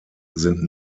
sind